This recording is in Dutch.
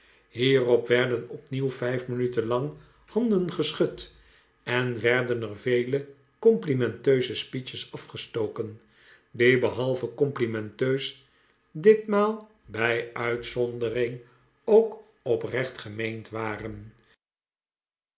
hierop werden opnieuw vijf minuten lang handen geschud en werden er vele compli menteuse speeches afgestoken die behalve cdmplimenteus ditmaal bij uitzondering ook oprecht gemeend waren